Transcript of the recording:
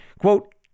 quote